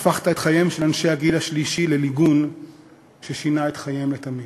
הפכת את חייהם של אנשי הגיל השלישי לניגון ששינה את חייהם לתמיד.